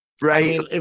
Right